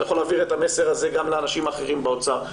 אתה יכול להעביר את המסר הזה גם לאנשים האחרים באוצר.